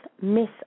miss